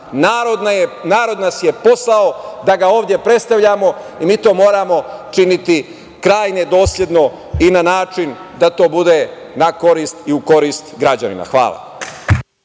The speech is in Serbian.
Narod nas je poslao da ga ovde predstavljamo i mi to moramo činiti krajnje dosledno i na način da to bude na korist i u korist građanina. Hvala.